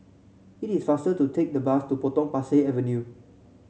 it is faster to take the bus to Potong Pasir Avenue